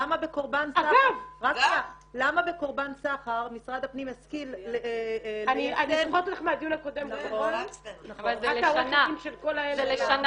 למה בקורבן סחר משרד הפנים השכיל ליישם --- אבל זה לשנה בלבד.